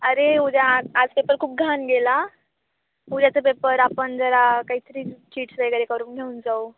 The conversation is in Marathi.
अरे उद्या आज पेपर खूप घाण गेला उद्याचं पेपर आपण जरा काहीतरी चिट्स वगैरे करून घेऊन जाऊ